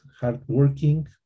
hardworking